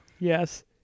yes